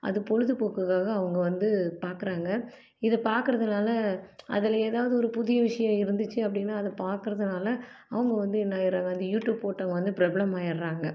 அது பொழதுபோக்குக்காக அவங்க வந்து பார்க்குறாங்க இதை பார்க்குறதுனால அதில் ஏதாவது ஒரு புதிய விஷயம் இருந்துச்சு அப்படின்னா அதை பார்க்குறதுனால அவங்க வந்து என்ன ஆயிடுறாங்க அந்த யூட்யூப் போட்டவங்க வந்து பிரபலமாயிடுறாங்க